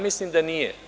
Mislim da nije.